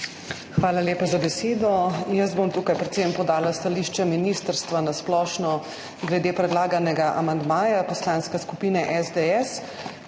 Hvala lepa za besedo. Tukaj bom predvsem podala stališče ministrstva na splošno glede predlaganega amandmaja Poslanske skupine SDS,